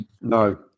No